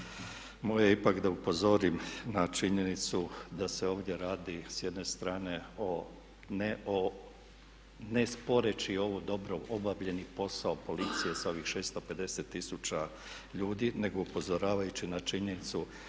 je ipak da upozorim na činjenicu da se ovdje radi s jedne strane ne sporeći ovaj dobro obavljeni posao policije sa ovih 650 tisuća ljudi nego upozoravajući na činjenicu